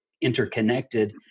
interconnected